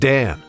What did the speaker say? Dan